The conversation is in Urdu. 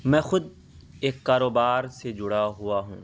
میں خود ایک کاروبار سے جڑا ہوا ہوں